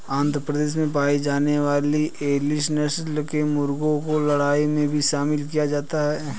आंध्र प्रदेश में पाई जाने वाली एसील नस्ल के मुर्गों को लड़ाई में भी शामिल किया जाता है